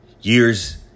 years